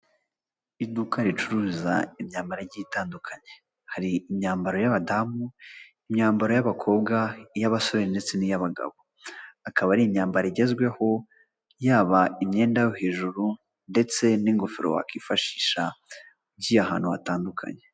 Iduka ricuruza imyambaro igiye itandukanye hari imyambaro y'abadamu, imyambaro y'abakobwa, iy'abasore ndetse n'iy'abagabo, akaba ari imyambaro igezweho yaba imyenda yo hejuru ndetse n'ingofero wakifashisha ugiye ahantu hatandukanye.